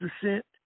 percent